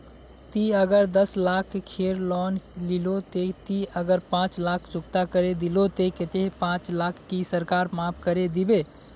ती अगर दस लाख खेर लोन लिलो ते ती अगर पाँच लाख चुकता करे दिलो ते कतेक पाँच लाख की सरकार माप करे दिबे?